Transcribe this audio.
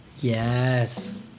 Yes